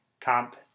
comp